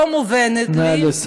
לא מובנת לי, נא לסיים.